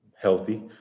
Healthy